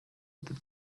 with